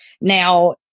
Now